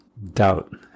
Doubt